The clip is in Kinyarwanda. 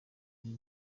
ibi